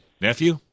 nephew